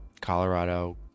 Colorado